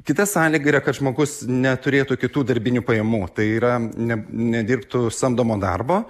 kita sąlygą yra kad žmogus neturėtų kitų darbinių pajamų tai yra ne nedirbtų samdomo darbo